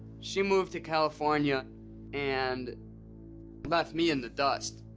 she moved to california and left me in the dust.